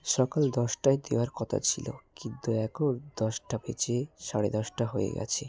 সকাল দশটায় দেওয়ার কথা ছিলো কিন্তু এখন দশটা বেজে সাড়ে দশটা হয়ে গেছে